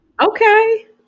Okay